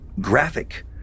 graphic